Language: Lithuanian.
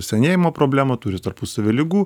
senėjimo problemą turi tarpusavio ligų